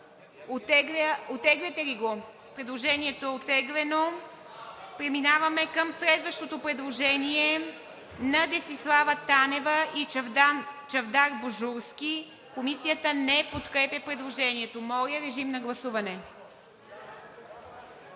Оттегляте ли го? Предложението е оттеглено. Преминаваме към следващото предложение на Десислава Танева и Чавдар Божурски. Комисията не подкрепя предложението. Моля, режим на гласуване.